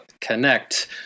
connect